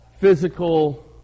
physical